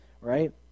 right